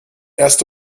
erst